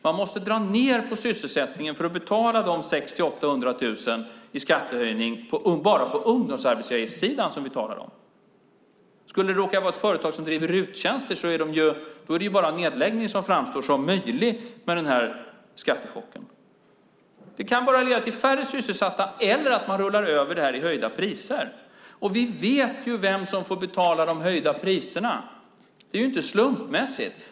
Man måste dra ned på sysselsättningen för att betala de 600 000 till 800 000 kronor i skattehöjning bara på ungdomsarbetsgivaravgiftssidan, som är vad vi talar om. Skulle det vara ett företag som erbjuder RUT-tjänster är det bara nedläggning som framstår som möjligt med den här skattechocken. Det kan bara leda till färre sysselsatta eller att man rullar över det här i höjda priser. Vi vet ju vem som får betala de höjda priserna. Det är inte slumpmässigt.